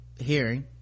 hearing